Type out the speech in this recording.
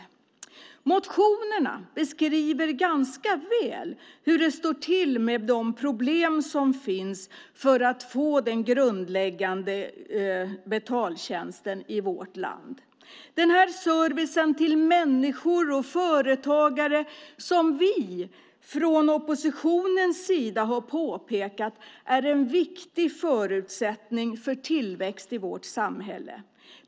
I motionerna beskrivs ganska väl hur det står till med de problem som finns för att få den grundläggande betaltjänsten i vårt land - denna service till människor och företagare som vi från oppositionens sida har påpekat är en viktig förutsättning för tillväxt i vårt samhälle.